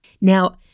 Now